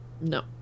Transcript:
No